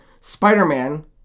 Spider-Man